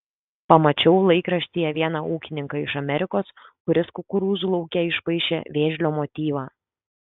pamačiau laikraštyje vieną ūkininką iš amerikos kuris kukurūzų lauke išpaišė vėžlio motyvą